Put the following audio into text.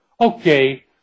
Okay